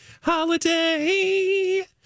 Holiday